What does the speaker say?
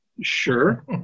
Sure